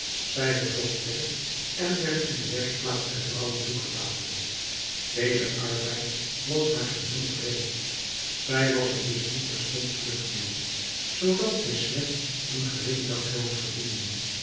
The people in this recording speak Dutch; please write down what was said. zij verzocht werk en werd in de werkplaats der vrouwen toegelaten deze arbeid was haar geheel vreemd zij was er dus niet terstond vlug mede zoodat zij slechts een gering dagloon verdiende